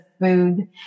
food